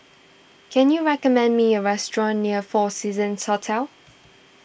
can you recommend me a restaurant near four Seasons Hotel